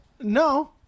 no